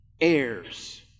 heirs